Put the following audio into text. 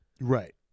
Right